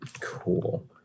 cool